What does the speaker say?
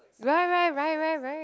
right right right right right